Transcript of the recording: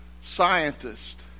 scientist